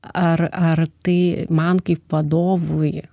ar ar tai man kaip vadovui